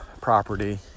property